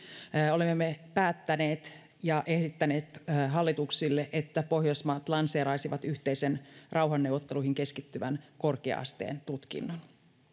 olemme päättäneet ja esittäneet hallituksille että pohjoismaat lanseeraisivat yhteisen rauhanneuvotteluihin keskittyvän korkea asteen tutkinnon